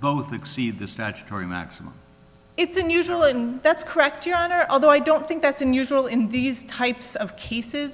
both exceed the statutory maximum it's unusual and that's correct your honor although i don't think that's unusual in these types of cases